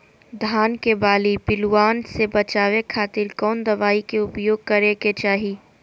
धान के बाली पिल्लूआन से बचावे खातिर कौन दवाई के उपयोग करे के चाही?